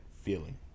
feeling